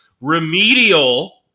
remedial